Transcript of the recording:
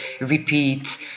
repeat